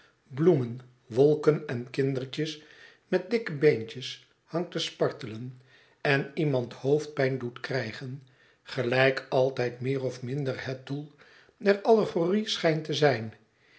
bloemen wolken en kindertjes met dikke beentjes hangt te spartelen en iemand hoofdpijn doet krijgen gelijk altijd meer of minder het doel der allegorie schijnt te zijn